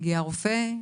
מגיע רופא,